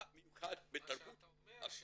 מה שאתה אומר,